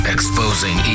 Exposing